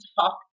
talk